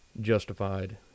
justified